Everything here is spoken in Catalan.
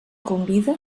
convida